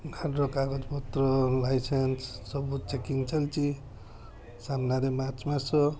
ଗାଡ଼ିର କାଗଜପତ୍ର ଲାଇସେନ୍ସ ସବୁ ଚେକିଂ ଚାଲିଛି ସାମ୍ନାରେ ମାର୍ଚ୍ଚ ମାସ